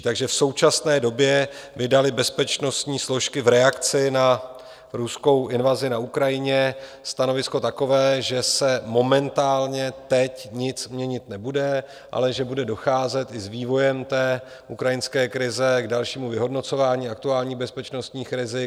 Takže v současné době vydaly bezpečnostní složky v reakci na ruskou invazi na Ukrajině stanovisko takové, že se momentálně teď nic měnit nebude, ale že bude docházet i s vývojem ukrajinské krize k dalšímu vyhodnocování aktuálních bezpečnostních rizik.